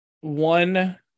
one